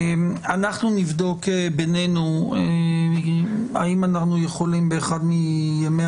אנחנו נבדוק בינינו האם אנחנו יכולים באחד מימי